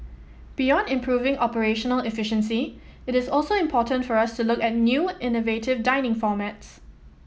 beyond improving operational efficiency it is also important for us to look at new innovative dining formats